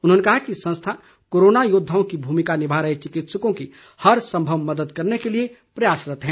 उन्होंने कहा कि संस्था कोरोना योद्वाओं की भूमिका निभा रहे चिकित्सकों की हर संभव मदद करने के लिए प्रयासरत है